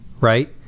right